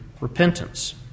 repentance